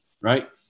right